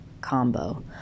combo